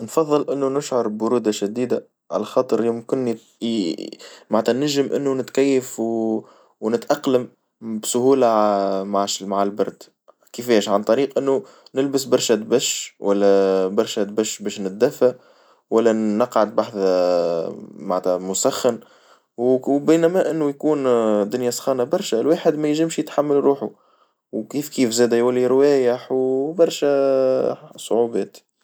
نفظل إنه نشعر ببرودة شديدة على خاطر يمكني معنتها نجم إنو نتكيف ونتأقلم بسهولة مع البرد كيفاش عن طريق إنو نلبس برشا تبش والا برشا تبش باش نتدفى والا نقعد معنتها مسخن وبينما إنو يكون دنيا سخانة برشا الواحد مينجمش يتحمل روحو، وكيف كيف زادا يولي روايح وبرشا صعوبات.